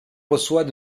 reçoit